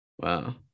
Wow